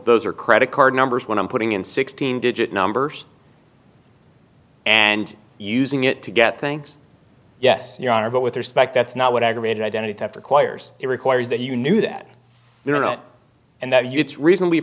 those are credit card numbers when i'm putting in sixteen digit numbers and using it to get things yes your honor but with respect that's not what aggravated identity theft requires it requires that you knew that they don't and that you it's reason